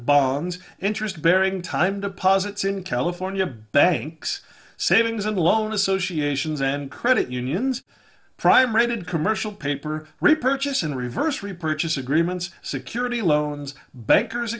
bond interest bearing time deposits in california banks savings and loan associations and credit unions prime rated commercial paper repurchase in reverse repurchase agreements security loans bankers